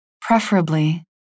Preferably